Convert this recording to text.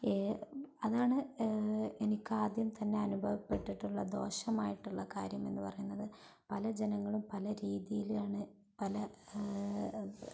അതാണ് എനിക്കാദ്യം തന്നെ അനുഭവപ്പെട്ടിട്ടുള്ള ദോഷമായിട്ടുള്ള കാര്യമെന്ന് പറയുന്നത് പല ജനങ്ങളും പല രീതിയിലാണ് പല